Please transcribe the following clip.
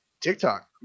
TikTok